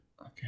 Okay